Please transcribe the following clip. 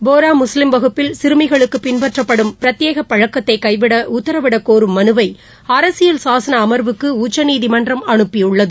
போரா முஸ்லிம் வகுப்பில் சிறுமிகளுக்குபின்பற்றப்படும் பிரத்யேகபழக்கத்தைகைவிடஉத்தரவிடகோரும் மனுவைஅரசியல் சாசனஅமர்வுக்குஉச்சநீதிமன்றம் அனுப்பியுள்ளது